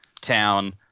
Town